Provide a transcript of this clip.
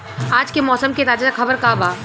आज के मौसम के ताजा खबर का बा?